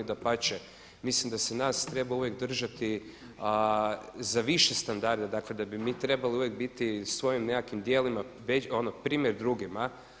Dapače, mislim da se nas treba uvijek držati za više standarde, dakle da bi mi trebali uvijek biti svojim nekakvim djelima primjer drugima.